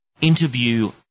interview